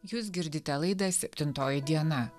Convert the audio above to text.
jūs girdite laidą septintoji diena